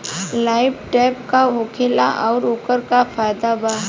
Light trap का होखेला आउर ओकर का फाइदा बा?